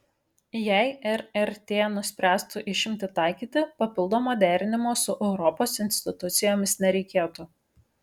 jei rrt nuspręstų išimtį taikyti papildomo derinimo su europos institucijomis nereikėtų